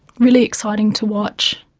really exciting to watch.